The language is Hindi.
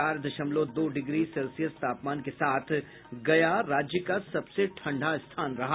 चार दशमलव दो डिग्री सेल्सियस तापमान के साथ गया राज्य का सबसे ठंडा स्थान रहा